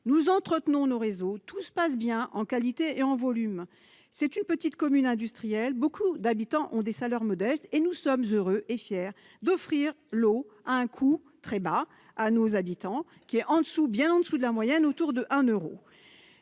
nous entretenons nos réseaux et tout se passe bien en qualité et en volume. C'est une petite commune industrielle, dont de nombreux habitants ont des salaires modestes ; nous sommes heureux et fiers d'offrir l'eau à un coût très bas, bien en dessous de la moyenne, autour de 1 euro.